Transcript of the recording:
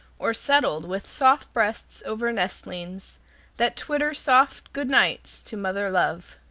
or settled with soft breasts over nestlings that twitter soft good nights to mother love.